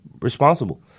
responsible